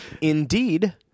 indeed